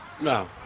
No